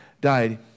died